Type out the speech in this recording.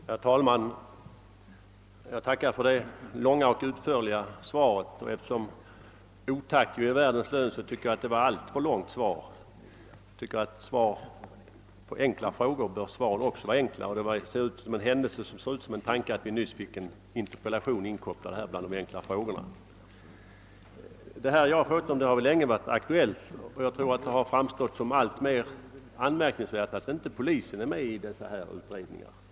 Herr talman! Jag tackar för detta långa och utförliga svar — och eftersom otack är världens lön vill jag samtidigt säga att jag tycker att svaret var alltför långt. Svar på enkla frågor bör också vara enkla. Det problem jag fört fram i min fråga har länge varit aktuellt, och det har framstått som alltmer anmärkningsvärt att polisen inte är med vid dessa utredningar.